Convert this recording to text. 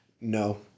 no